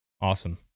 Awesome